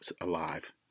alive